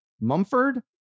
mumford